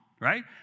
Right